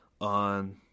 on